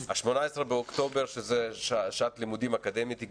ה-18 באוקטובר שזה שנת לימודים אקדמית,